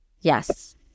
yes